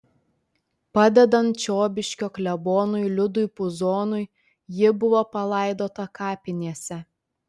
padedant čiobiškio klebonui liudui puzonui ji buvo palaidota kapinėse